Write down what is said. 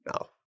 No